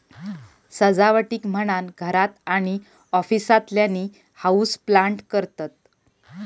सजावटीक म्हणान घरात आणि ऑफिसातल्यानी हाऊसप्लांट करतत